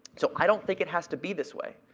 so, i don't think it has to be this way.